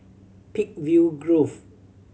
Peakville Grove